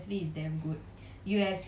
ya ya ya